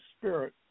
spirit